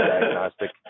diagnostic